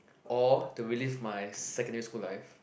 or to relive my secondary school life